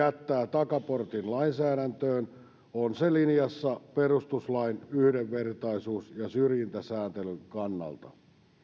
takaportin lainsäädäntöön on se linjassa perustuslain yhdenvertaisuus ja syrjintäsääntelyn kannalta